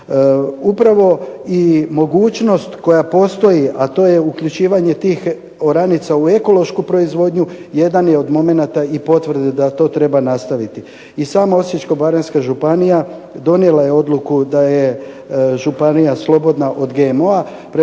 Upravo i mogućnost koja postoji, a to je uključivanje tih oranica u ekološku proizvodnju jedan je od momenata i potvrde da to treba nastaviti. I sama Osječko-baranjska županija donijela je odluku da je županija slobodna od GMO-a.